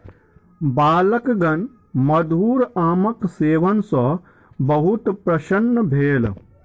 बालकगण मधुर आमक सेवन सॅ बहुत प्रसन्न भेल